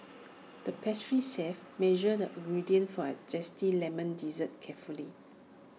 the pastry chef measured the ingredients for A Zesty Lemon Dessert carefully